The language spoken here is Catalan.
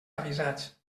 avisats